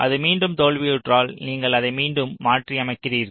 அது மீண்டும் தோல்வியுற்றால் நீங்கள் அதை மீண்டும் மாற்றியமைக்கிறீர்கள்